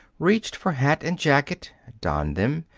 reached for hat and jacket, donned them,